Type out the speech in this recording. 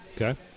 Okay